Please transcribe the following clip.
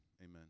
amen